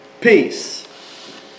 Peace